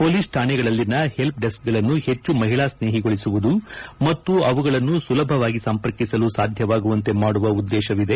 police ಕಾಣೆಗಳಲ್ಲಿನ help ಡೆಸ್ಕೆಗಳನ್ನು ಹೆಚ್ಚು ಮಹಿಳಾ ಸ್ನೇಹಿಗೊಳಿಸುವುದು ಮತ್ತು ಅವುಗಳನ್ನು ಸುಲಭವಾಗಿ ಸಂಪರ್ಕಿಸಲು ಸಾಧ್ಯವಾಗುವಂತೆ ಮಾಡುವ ಉದ್ದೇಶವಿದೆ